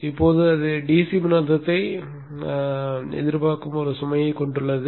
இப்போது அது DC மின்னழுத்தத்தை எதிர்பார்க்கும் ஒரு சுமையைக் கொண்டுள்ளது